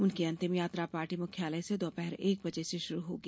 उनकी अंतिम यात्रा पार्टी मुख्यालय से दोपहर एक बजे से शुरू होगी